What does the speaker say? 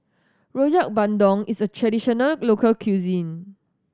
Rojak Bandung is a traditional local cuisine